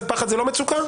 פחד זה לא מצוקה?